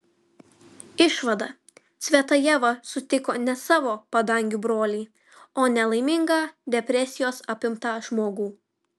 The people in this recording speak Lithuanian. išvada cvetajeva sutiko ne savo padangių brolį o nelaimingą depresijos apimtą žmogų